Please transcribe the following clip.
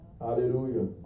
Hallelujah